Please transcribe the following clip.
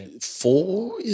four